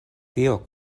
tio